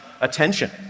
attention